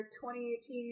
2018